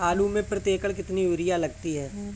आलू में प्रति एकण कितनी यूरिया लगती है?